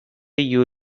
you